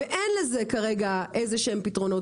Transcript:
ואין לזה כרגע איזה שהם פתרונות,